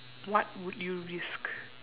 what would you risk